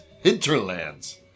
hinterlands